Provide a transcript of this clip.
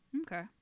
Okay